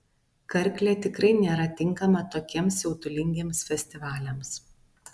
karklė tikrai nėra tinkama tokiems siautulingiems festivaliams